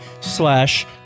slash